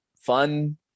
fun